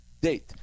date